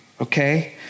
okay